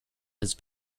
his